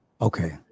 Okay